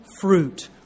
fruit